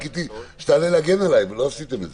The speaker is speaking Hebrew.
בעמדת הבידוק בדיקת קורונה מיידית בלא תשלום לפני כניסתו לאזור